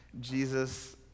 Jesus